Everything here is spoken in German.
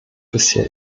bisher